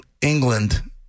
England